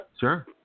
Sure